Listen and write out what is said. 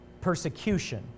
persecution